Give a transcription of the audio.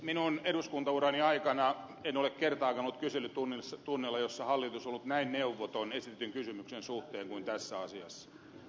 minun eduskuntaurani aikana en ole kertaakaan ollut kyselytunnilla jolla hallitus on ollut näin neuvoton esitetyn kysymyksen suhteen kuin tässä asiassa